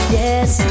yes